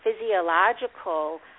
physiological